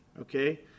okay